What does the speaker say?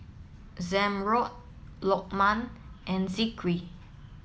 Zamrud Lokman and Zikri